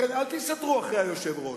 לכן אל תסתתרו מאחורי היושב-ראש,